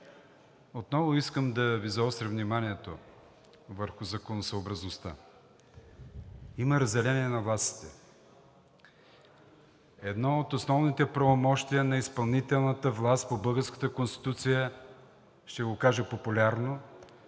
Отново искам да Ви заостря вниманието върху законосъобразността. Има разделение на властите. Едно от основните правомощия на изпълнителната власт по българската Конституция, ще го кажа популярно,